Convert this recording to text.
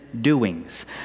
doings